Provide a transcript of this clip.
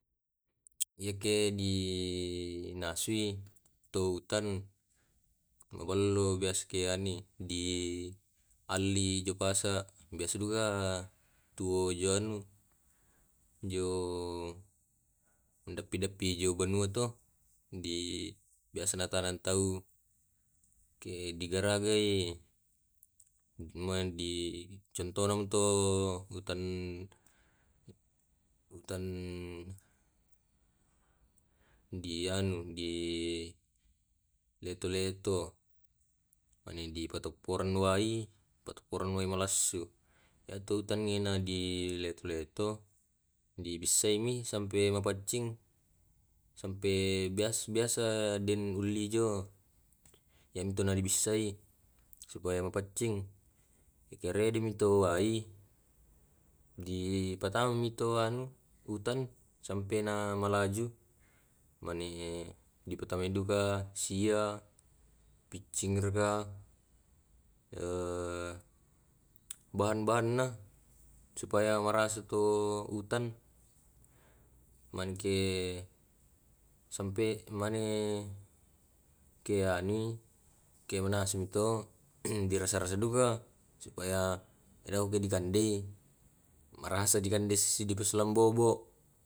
Yale dinasui tautan mabello biasa di alli jo pasa, biasa juga tuo diallijo pindappi jo banua to biasa ditaneng tau digaragai contohna tu utan di leto-leto. nappa dipatopporeng wae manassu. nainappa dibissaini sangkenna mapaccing iyantu na di bissai supaya mapaccing. itu kuredimi tu air dipattamaimi air, piccing, kunyi dan bahan bahanna supaya marasa dikande dipasilong bobo